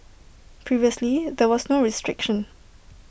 previously there was no restriction